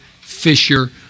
fisher